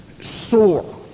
sore